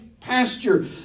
pasture